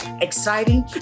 exciting